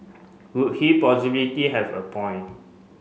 would he possibility have a point